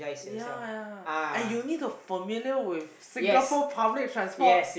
ya ya ya and you need to familiar with Singapore public transport